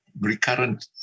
recurrent